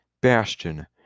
Bastion